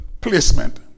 placement